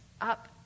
up